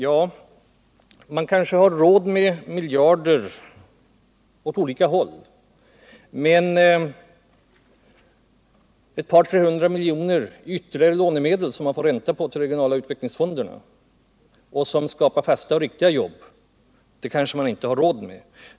Ja, man kanske anser sig ha råd med miljarder åt olika håll, men ett par tre hundra miljoner kronor ytterligare i lånemedel — som man får ränta på — till de regionala utvecklingsfonderna, som skapar fasta och riktiga jobb, kanske man inte anser sig ha råd med.